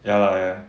ya lah ya